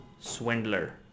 swindler